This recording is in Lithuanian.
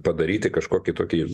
padaryti kažkokį tokį